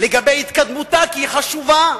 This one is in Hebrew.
לגבי התקדמותה, כי היא חשובה,